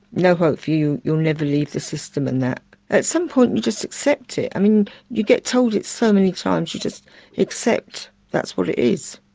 no hope for you, you'll never leave the system and that. at some point you just accept it i mean you get told it so many times you just accept that's what it is.